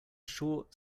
short